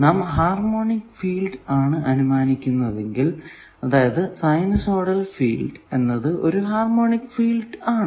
നാം harmonic field ആണ് അനുമാനിക്കുന്നതെങ്കിൽ സൈനുസോയിടൽ ഫീൽഡ് എന്നത് ഒരു ഹാർമോണിക് ഫീൽഡ് ആണ്